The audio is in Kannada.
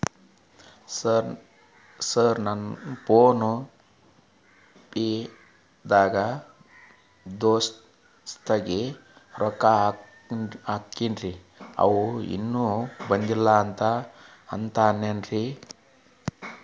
ಸರ್ ಫೋನ್ ಪೇ ದಾಗ ದೋಸ್ತ್ ಗೆ ರೊಕ್ಕಾ ಹಾಕೇನ್ರಿ ಅಂವ ಇನ್ನು ಬಂದಿಲ್ಲಾ ಅಂತಾನ್ರೇ?